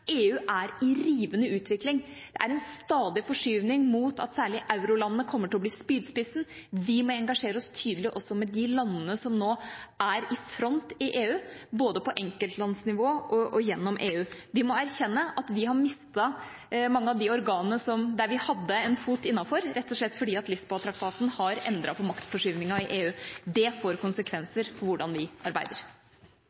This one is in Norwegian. EU er i rivende utvikling. Det er en stadig forskyvning mot at særlig eurolandene kommer til å bli spydspissen. Vi må engasjere oss tydelig også med de landene som nå er i front i EU, både på enkeltlandsnivå og gjennom EU. Vi må erkjenne at vi har mistet mange av de organene der vi hadde en fot innenfor, rett og slett fordi Lisboa-traktaten har endret på maktforskyvningen i EU. Det får